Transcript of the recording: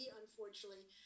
unfortunately